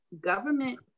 government